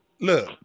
look